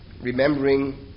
Remembering